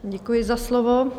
Děkuji za slovo.